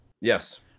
Yes